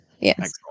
yes